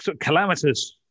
Calamitous